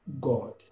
God